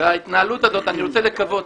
אני רוצה לקוות